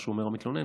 מה שאומר המתלונן,